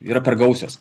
yra per gausios